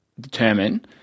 determine